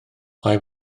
mae